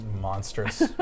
monstrous